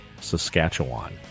Saskatchewan